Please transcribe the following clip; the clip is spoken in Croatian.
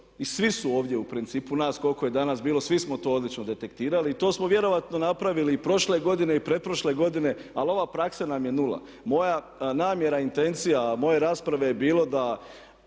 i svi su ovdje u principu nas koliko je danas bilo, svi smo to odlično detektirali i to smo vjerojatno napravili i prošle godine i pretprošle godine ali ova praksa nam je 0. Moja namjera i intencija moje rasprave je bilo da